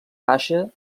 baixa